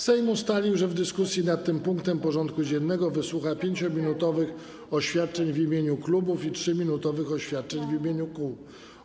Sejm ustalił, że w dyskusji nad tym punktem porządku dziennego wysłucha 5-minutowych oświadczeń w imieniu klubów i 3-minutowych oświadczeń w imieniu kół.